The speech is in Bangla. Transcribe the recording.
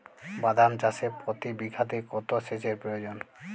বাদাম চাষে প্রতি বিঘাতে কত সেচের প্রয়োজন?